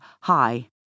high